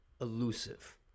elusive